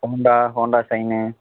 Honda Honda shine